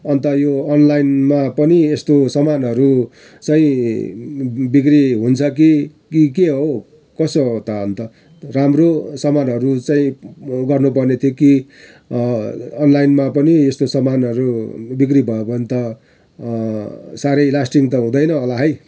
अन्त यो अनलाइनमा पनि यस्तो समानहरू चाहिँ बिक्री हुन्छ कि कि के हो कसो हो त अन्त राम्रो समानहरू चाहिँ ऊ गर्नु पर्ने थियो कि अनलाइनमा पनि यस्तो समानहरू बिक्री भयो भने त साह्रै लास्टिङ त हुँदैन होला है